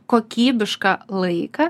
kokybišką laiką